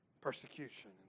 Persecution